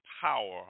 power